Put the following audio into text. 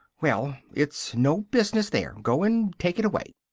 well, it's no business there go and take it away!